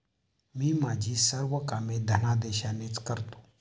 मी माझी सर्व कामे धनादेशानेच करतो